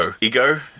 Ego